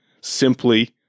simply